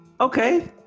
Okay